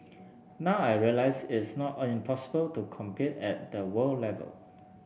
now I realise it's not impossible to compete at the world level